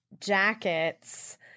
jackets